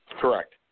Correct